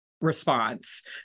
response